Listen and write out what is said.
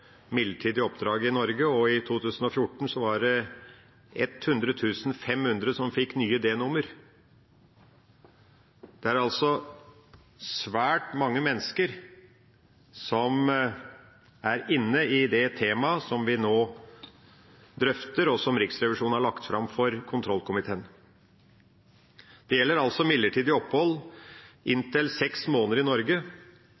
midlertidig oppdrag i Norge, og i 2014 var det 100 500 som fikk nye D-nummer. Det er altså svært mange mennesker som er inne i det temaet som vi nå drøfter, og som Riksrevisjonen har lagt fram for kontrollkomiteen. Det gjelder midlertidig opphold